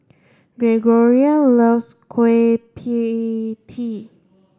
Gregoria loves Kueh Pie Tee